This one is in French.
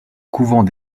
couvent